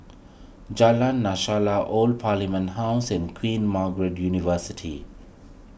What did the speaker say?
Jalan Lashala Old Parliament House and Queen Margaret University